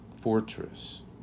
fortress